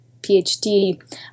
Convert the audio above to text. PhD